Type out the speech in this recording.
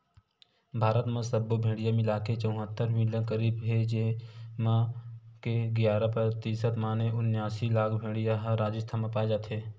भारत म सब्बो भेड़िया मिलाके चउहत्तर मिलियन करीब हे जेमा के गियारा परतिसत माने उनियासी लाख भेड़िया ह राजिस्थान म पाए जाथे